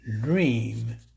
dream